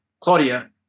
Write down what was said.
Claudia